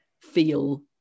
feel